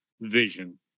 vision